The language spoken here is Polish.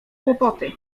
kłopoty